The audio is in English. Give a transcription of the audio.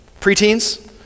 preteens